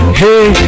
hey